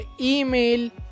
email